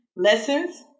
Lessons